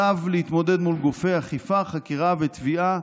עליו להתמודד מול גופי אכיפה, חקירה ותביעה,